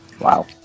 Wow